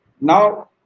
Now